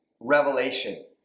revelation